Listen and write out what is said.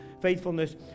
faithfulness